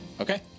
Okay